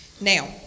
Now